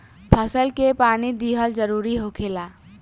फसल के पानी दिहल जरुरी होखेला